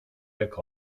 jak